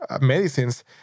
medicines